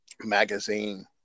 magazine